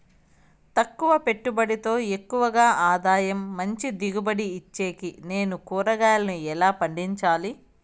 తక్కువ పెట్టుబడితో ఎక్కువగా ఆదాయం మంచి దిగుబడి ఇచ్చేకి నేను కూరగాయలను ఎలా పండించాలి?